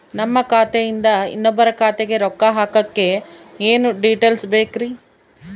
ನಮ್ಮ ಖಾತೆಯಿಂದ ಇನ್ನೊಬ್ಬರ ಖಾತೆಗೆ ರೊಕ್ಕ ಹಾಕಕ್ಕೆ ಏನೇನು ಡೇಟೇಲ್ಸ್ ಬೇಕರಿ?